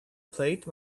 plate